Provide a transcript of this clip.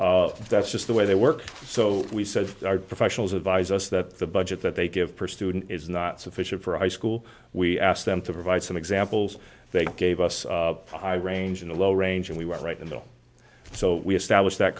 that's just the way they work so we said professionals advise us that the budget that they give per student is not sufficient for a high school we asked them to provide some examples they gave us a high range in the low range and we were right in the so we established that